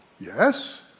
Yes